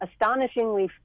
astonishingly